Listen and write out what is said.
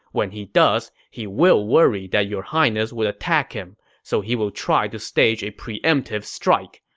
when he does, he will worry that your highness would attack him, so he will try to stage a preemptive strike.